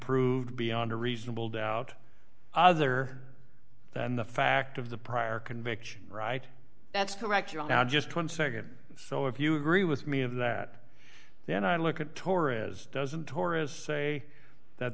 proved beyond a reasonable doubt other than the fact of the prior conviction right that's correct i just one second so if you agree with me of that then i look at torres doesn't torres say that